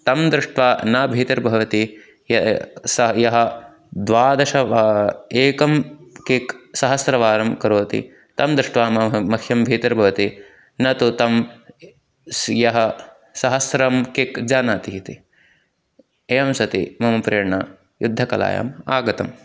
तं दृष्ट्वा न भीतिर्भवति सः यः द्वादश वा एकं किक् सहस्रवारं करोति तं दृष्ट्वा मम मह्यं भीतिर्भवति न तु तं स् यः सहस्रं किक् जानाति इति एवं सति मम प्रेरणा युद्धकलायाम् आगतम्